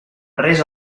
resa